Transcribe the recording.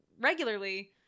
regularly